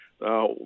Now